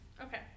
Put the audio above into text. okay